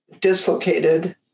dislocated